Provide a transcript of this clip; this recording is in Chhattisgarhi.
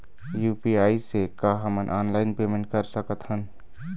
यू.पी.आई से का हमन ऑनलाइन पेमेंट कर सकत हन?